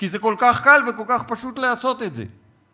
כי כל כך קל וכל כך פשוט לעשות את זה.